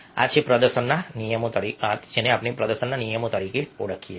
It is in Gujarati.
આ છે પ્રદર્શન નિયમો તરીકે ઓળખાય છે